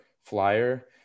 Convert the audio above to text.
flyer